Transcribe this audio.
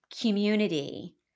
community